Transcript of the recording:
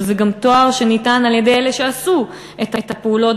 שזה גם תואר שניתן על-ידי אלה שעשו את הפעולות,